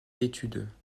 d’études